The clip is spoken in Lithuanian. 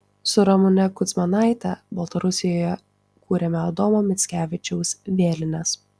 su ramune kudzmanaite baltarusijoje kūrėme adomo mickevičiaus vėlines